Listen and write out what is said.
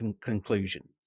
conclusion